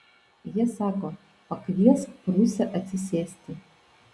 jie sako pakviesk prūsę atsisėsti